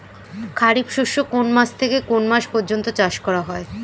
খারিফ শস্য কোন মাস থেকে কোন মাস পর্যন্ত চাষ করা হয়?